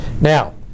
Now